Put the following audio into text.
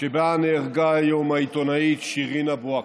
שבה נהרגה היום העיתונאית שירין אבו עאקלה.